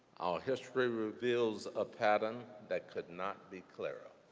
our history reveals a pattern that could not be clearer.